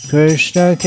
Krishna